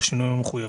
בשינויים המחויבים.".